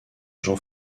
jean